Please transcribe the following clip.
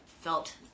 felt